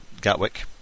Gatwick